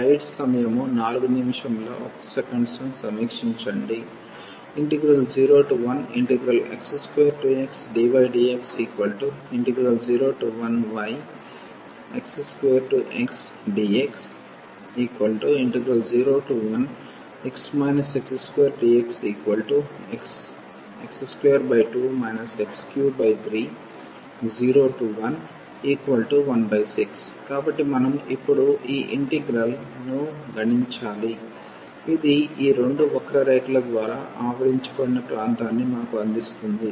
01x2xdydx01yx2xdx01dxx22 x330116 కాబట్టి మనం ఇప్పుడు ఈ ఇంటిగ్రల్ ను గణించాలి ఇది ఈ రెండు వక్ర రేఖల ద్వారా ఆవరించబడిన ప్రాంతాన్ని మాకు అందిస్తుంది